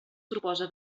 propose